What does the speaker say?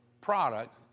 product